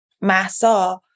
Massa